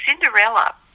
Cinderella